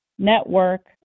network